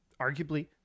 arguably